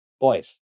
boys